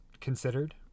considered